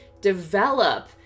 Develop